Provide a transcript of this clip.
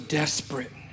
desperate